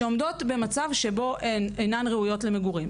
שעומדות במצב שבו הן אינן עומדות ראויות למגורים.